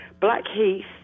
Blackheath